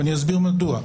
ואני אסביר מדוע.